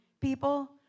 people